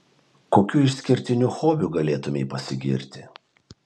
kokiu išskirtiniu hobiu galėtumei pasigirti